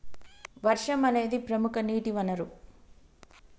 వర్షం అనేదిప్రముఖ నీటి వనరు